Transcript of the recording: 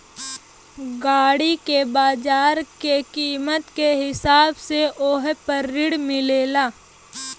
गाड़ी के बाजार के कीमत के हिसाब से वोह पर ऋण मिलेला